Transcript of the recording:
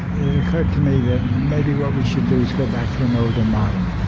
it occurred to me that maybe what we should do is go back to an older model.